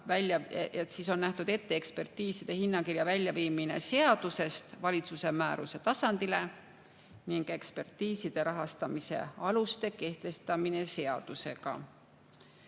On nähtud ette ekspertiiside hinnakirja väljaviimine seadusest valitsuse määruse tasandile ning ekspertiiside rahastamise aluste kehtestamine seadusega. Heljo